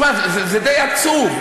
תשמע, זה די עצוב.